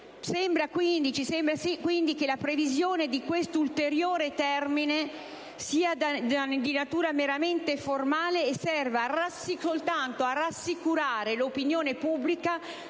Ci sembra quindi che la previsione di questo ulteriore termine sia di natura meramente formale e serva soltanto a rassicurare l'opinione pubblica